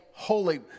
Holy